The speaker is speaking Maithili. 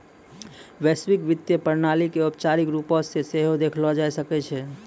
वैश्विक वित्तीय प्रणाली के औपचारिक रुपो से सेहो देखलो जाय सकै छै